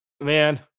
man –